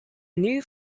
new